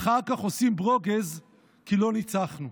ואחר כך עושים ברוגז כי לא ניצחנו.